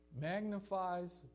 magnifies